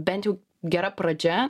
bent jau gera pradžia